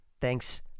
thanks